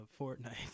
Fortnite